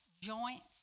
joints